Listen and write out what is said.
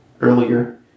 earlier